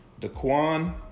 DaQuan